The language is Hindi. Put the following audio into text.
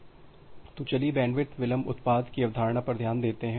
तो चलिए बैंडविड्थ विलंब उत्पाद की अवधारणा पर ध्यान देते हैं